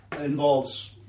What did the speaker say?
involves